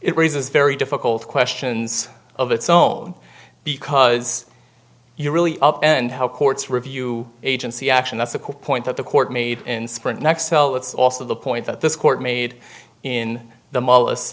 it raises very difficult questions of its own because you're really up and how courts review agency action that's the point that the court made in sprint nextel that's also the point that this court made in the mall